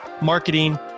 marketing